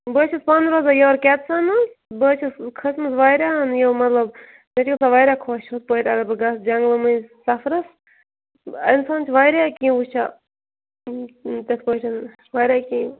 بہٕ حظ چھَس پانہٕ روزان یور کٮ۪پسُن حظ بہٕ حظ چھَس کھٔژمٕژ واریاہَن یِم مطلب مےٚ چھِ گژھان واریاہ خۄش ہُتھ پٲٹھۍ اَگر بہٕ گژھٕ جنٛگلہٕ مٔنٛزۍ سَفرَس اِنسان چھِ واریاہ کیٚنٛہہ وٕچھان تِتھ پٲٹھۍ واریاہ کیٚنٛہہ